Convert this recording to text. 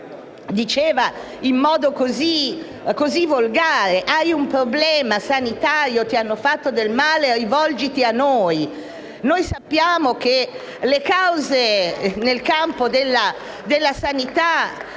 diceva in modo così volgare: «Hai un problema sanitario? Ti hanno fatto del male? Rivolgiti a noi». Noi sappiamo che le cause nel campo della sanità